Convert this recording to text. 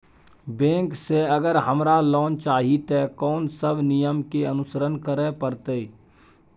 Bank से अगर हमरा लोन चाही ते कोन सब नियम के अनुसरण करे परतै?